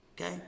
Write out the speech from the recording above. okay